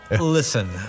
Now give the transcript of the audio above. Listen